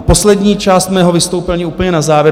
Poslední část mého vystoupení, úplně na závěr.